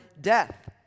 death